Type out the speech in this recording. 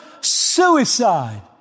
suicide